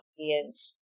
audience